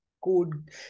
good